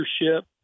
leadership